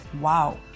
wow